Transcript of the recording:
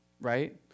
right